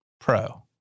pro